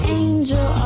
angel